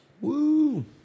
Woo